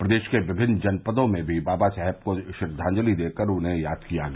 प्रदेश के विमिन्न जनपदों में भी बाबा साहब को श्रद्वाजंलि देकर उन्हें याद किया गया